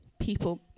people